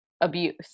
abuse